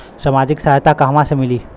सामाजिक सहायता कहवा से मिली?